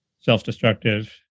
self-destructive